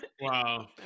Wow